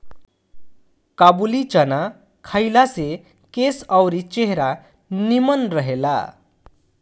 काबुली चाना खइला से केस अउरी चेहरा निमन रहेला